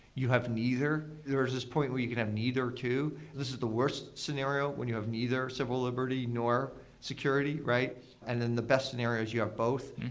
you have neither. there's this point where you could have neither too. this is the worst scenario when you have neither civil liberty, nor security. and and the best scenario is you have both.